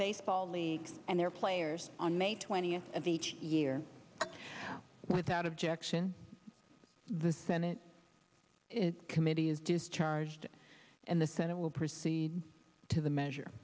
baseball league and their players on may twentieth of each year without objection the senate committee is discharged and the senate will proceed to the measure